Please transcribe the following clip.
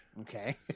Okay